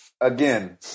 again